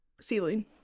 ceiling